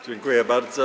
Dziękuję bardzo.